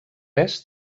est